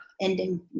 ending